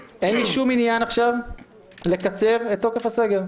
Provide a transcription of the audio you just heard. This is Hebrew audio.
אין לי שום עניין עכשיו לקצר את תוקף הסגר.